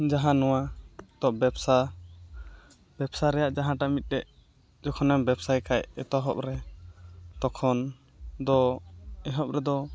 ᱡᱟᱦᱟᱸ ᱱᱚᱣᱟ ᱛᱚ ᱵᱮᱵᱽᱥᱟ ᱵᱮᱵᱽᱥᱟ ᱨᱮᱭᱟᱜ ᱡᱟᱦᱟᱸᱴᱟᱜ ᱢᱤᱫᱴᱮᱱ ᱡᱚᱠᱷᱚᱱᱮᱢ ᱵᱮᱵᱽᱥᱟᱭ ᱠᱷᱟᱱ ᱮᱛᱚᱦᱚᱵᱨᱮ ᱛᱚᱠᱷᱚᱱ ᱫᱚ ᱮᱦᱚᱵ ᱨᱮᱫᱚ